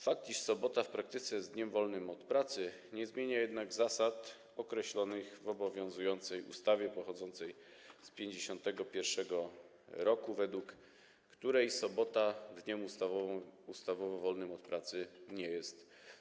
Fakt, iż sobota w praktyce jest dniem wolnym od pracy, nie zmienia jednak zasad określonych w obowiązującej ustawie, pochodzącej z 1951 r., według której sobota dniem ustawowo wolnym od pracy nie jest.